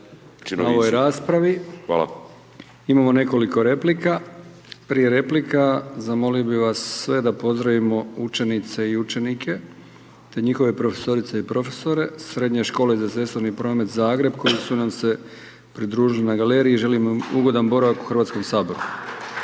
Milijan (HDZ)** Imamo nekoliko replika. Prije replika zamolio bih vas sve da pozdravimo učenice i učenike, te njihove profesorice i profesore Srednje škole za Cestovni promet, Zagreb, koji su nam se pridružili na Galeriji, želimo im ugodan boravak u HS…/Pljesak/…